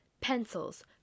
pencils